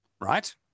Right